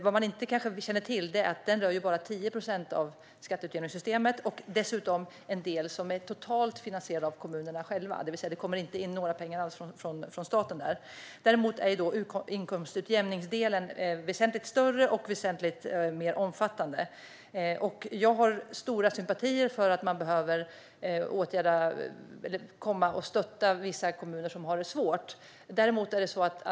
Men man känner kanske inte till att utredningen rör bara 10 procent av skatteutjämningssystemet, dessutom en del som är totalt finansierad av kommunerna. Alltså kommer det inte in några pengar alls från staten. Inkomstutjämningsdelen är väsentligt större och väsentligt mer omfattande. Jag har stora sympatier för att vissa kommuner som har det svårt behöver stöttas.